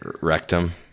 rectum